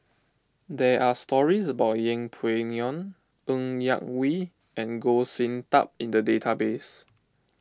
there are stories about Yeng Pway Ngon Ng Yak Whee and Goh Sin Tub in the database